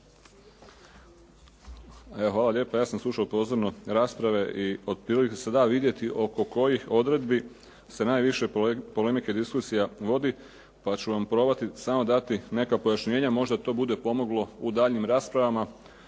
Hvala lijepa. Ja sam slušao pozorno rasprave i otprilike se da vidjeti oko kojih odredbi se najviše polemike i diskusija vodi, pa ću vam probati samo dati nekakva pojašnjenja možda to bude pomoglo u daljnjim raspravama